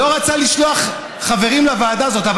לא רצה לשלוח חברים לוועדה הזאת.